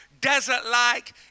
desert-like